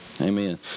Amen